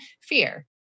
fear